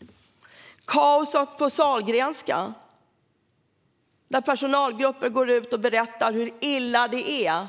Eller kaoset på Sahlgrenska, där personalgrupper går ut och berättar hur illa det är